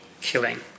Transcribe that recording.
killing